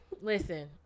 listen